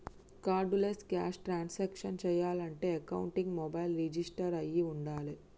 cardless cash transactions చెయ్యాలంటే అకౌంట్కి mobile register అయ్యి వుండాలే